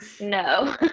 No